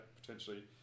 potentially